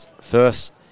First